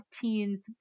teens